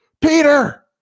Peter